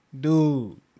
Dude